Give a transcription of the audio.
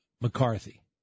McCarthy